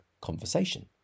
conversation